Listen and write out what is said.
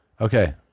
Okay